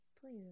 Please